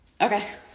Okay